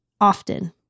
often